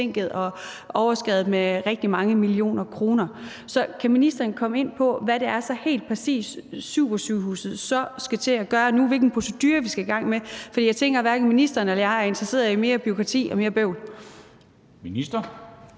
er overskredet med rigtig mange millioner kroner. Så kan ministeren komme ind på, hvad det helt præcis er, at supersygehuset så skal til at gøre nu, altså hvilke procedurer vi skal i gang med? For jeg tænker, at hverken ministeren eller jeg er interesseret i mere bureaukrati og mere bøvl. Kl.